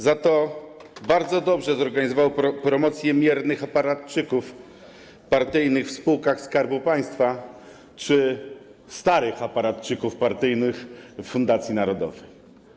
Za to bardzo dobrze zorganizowało promocję miernych aparatczyków partyjnych w spółkach Skarbu Państwa czy starych aparatczyków partyjnych w fundacji narodowej.